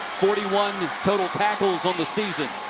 forty one total tackles on the season.